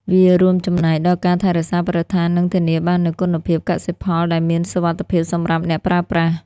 វារួមចំណែកដល់ការថែរក្សាបរិស្ថាននិងធានាបាននូវគុណភាពកសិផលដែលមានសុវត្ថិភាពសម្រាប់អ្នកប្រើប្រាស់។